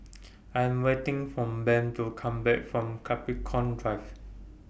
I Am waiting For Ben to Come Back from Capricorn Drive